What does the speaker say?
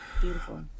Beautiful